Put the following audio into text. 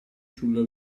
sulla